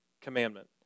commandment